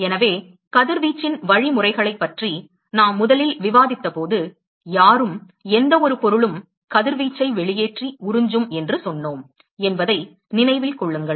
எனவே கதிர்வீச்சின் வழிமுறைகளைப் பற்றி நாம் முதலில் விவாதித்தபோது யாரும் எந்தவொரு பொருளும் கதிர்வீச்சை வெளியேற்றி உறிஞ்சும் என்று சொன்னோம் என்பதை நினைவில் கொள்ளுங்கள்